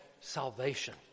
salvation